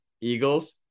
eagles